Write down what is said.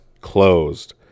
closed